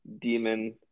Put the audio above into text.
demon